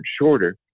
shorter